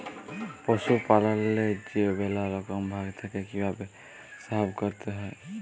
পশুপাললেল্লে যে ম্যালা রকম ভাগ থ্যাকে কিভাবে সহব ক্যরতে হয়